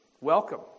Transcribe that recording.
Welcome